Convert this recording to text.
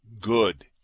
good